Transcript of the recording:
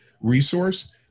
resource